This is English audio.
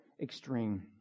Extreme